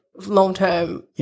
Long-term